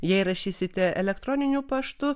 jei rašysite elektroniniu paštu